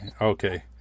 okay